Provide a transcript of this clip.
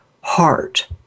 heart